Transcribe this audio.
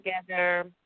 together